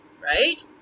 right